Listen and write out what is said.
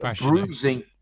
bruising